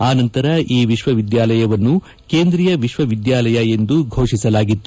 ಆ ನಂತರ ಈ ವಿಶ್ವವಿದ್ಯಾಲಯವನ್ನು ಕೇಂದ್ರೀಯ ವಿಶ್ವವಿದ್ಯಾಲಯ ಎಂದು ಘೋಷಿಸಲಾಗಿತ್ತು